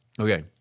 Okay